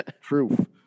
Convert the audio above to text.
truth